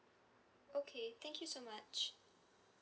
okay thank you so much